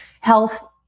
health